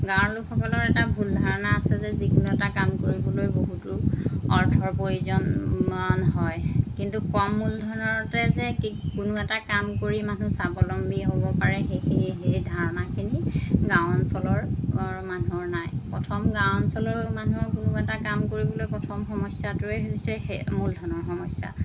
গাঁৱৰ লোকসকলৰ এটা ভুল ধাৰণা আছে যে যিকোনো এটা কাম কৰিবলৈ বহুতো অৰ্থৰ প্ৰয়োজন হয় কিন্তু কম মূলধনতে যে কি কোনো এটা কাম কৰি মানুহ স্বাৱলম্বী হ'ব পাৰে সেইখিনি সেই ধাৰণাখিনি গাঁও অঞ্চলৰ মানুহৰ নাই প্ৰথম গাঁও অঞ্চলৰ মানুহৰ কোনো এটা কাম কৰিবলৈ প্ৰথম সমস্যাটোৱেই হৈছে সেই মূলধনৰ সমস্যা